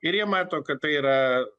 ir jie mato kad tai yra